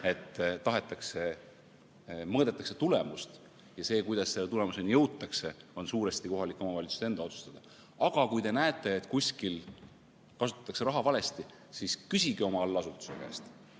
on see, et mõõdetakse küll tulemust, aga see, kuidas selle tulemuseni jõutakse, on suuresti kohalike omavalitsuste enda otsustada. Aga kui te näete, et kuskil kasutatakse raha valesti, siis küsige oma allasutuse käest,